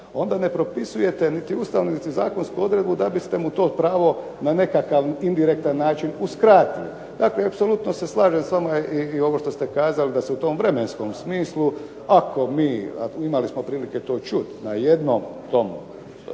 onda ne propisujete niti ustavnu niti zakonsku odredbu da biste mu to pravo na nekakav indirektan način uskratili. Dakle, apsolutno se slažem s vama i ovo što kažete da se u tom vremenskom smislu, ako mi a imali smo prilike čuti na jednom tom